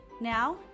Now